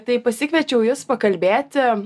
tai pasikviečiau jus pakalbėti